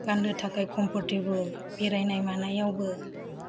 गान्नो थाखाय कमफर्थेबल बेरायनाय मानायावबो